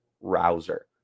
Rouser